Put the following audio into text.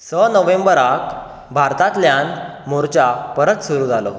स नोव्हेंबराक भारतांतल्यान मोर्चा परत सुरू जालो